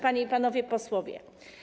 Panie i Panowie Posłowie!